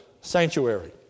sanctuary